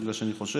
בגלל שאני חושב,